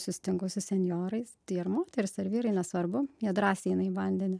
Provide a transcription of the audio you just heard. susitinku su senjorais tai ir moterys ir vyrai nesvarbu jie drąsiai eina į vandenį